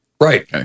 Right